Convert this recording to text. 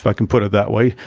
but can put it that way,